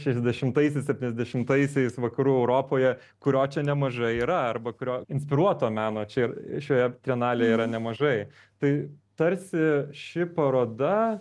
šešiasdešimtaisiais septyniasdešimtaisiais vakarų europoje kurio čia nemažai yra arba kurio inspiruoto meno čia ir šioje trienalėje yra nemažai tai tarsi ši paroda